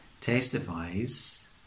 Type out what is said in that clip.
Testifies